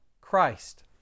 Christ